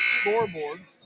scoreboard